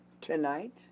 tonight